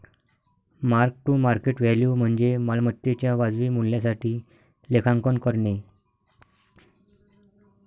mark to market value म्हणजे मालमत्तेच्या वाजवी मूल्यासाठी लेखांकन करणे